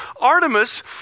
Artemis